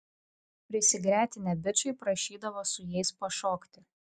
prisigretinę bičai prašydavo su jais pašokti